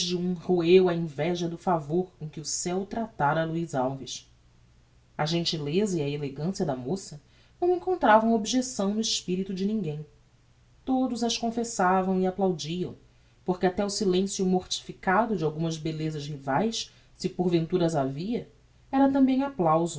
um roeu a inveja do favor com que o ceu tratára a luiz alves a gentileza e a elegancia da moça não encontravam objecção no espirito de ninguem todos as confessavam e applaudiam porque até o silencio mortificado de algumas bellezas rivaes se porventura as havia era tambem applauso